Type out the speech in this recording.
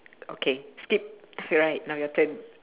okay skip alright now your turn